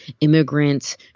immigrants